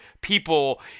people